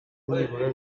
nibura